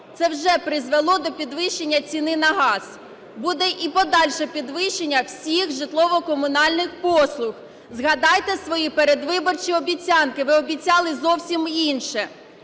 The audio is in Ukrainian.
Це призвело до підвищення ціни на газ, буде і подальше підвищення всіх житлово-комунальних послуг. Згадайте свої передвиборчі обіцянки, ви обіцяли зовсім інше.